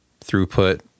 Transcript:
throughput